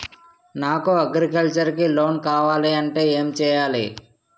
నాకు అగ్రికల్చర్ కి లోన్ కావాలంటే ఏం చేయాలి?